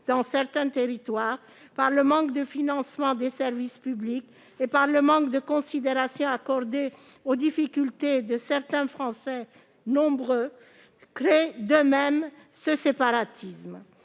dans certains territoires, par le manque de financement des services publics et par le manque de considération accordée aux difficultés de nombreux Français, créent d'eux-mêmes ce séparatisme.